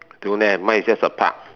don't have mine is just a park